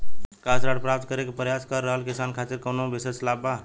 का ऋण प्राप्त करे के प्रयास कर रहल किसान खातिर कउनो विशेष लाभ बा?